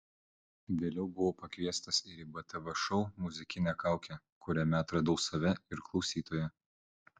vėliau buvau pakviestas ir į btv šou muzikinė kaukė kuriame atradau save ir klausytoją